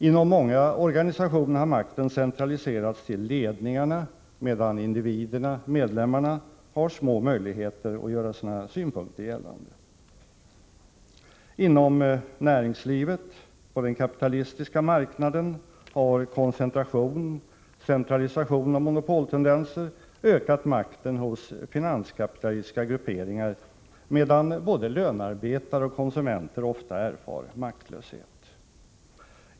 Inom många organisationer har makten centraliserats till ledningarna, medan individerna — medlemmarna — har små möjligheter att göra sina synpunkter gällande. Inom näringslivet på den kapitalistiska marknaden har koncentration, centralisation och monopoltendenser ökat makten hos finanskapitalistiska grupperingar, medan både lönearbetare och konsumenter ofta erfar maktlöshet.